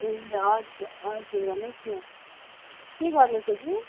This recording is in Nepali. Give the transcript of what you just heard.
ए हजुर हजुर भन्नुहोस् न के गर्नु थियो कि